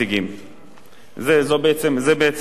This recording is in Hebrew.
זה בעצם המצב.